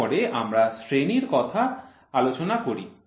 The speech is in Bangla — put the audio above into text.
তারপরে আমরা শ্রেণীর কথা আলোচনা করি